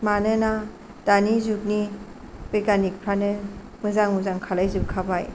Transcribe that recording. मानोना दानि जुगनि बिगियानिफोरानो मोजां मोजां खालाम जोबखाबाय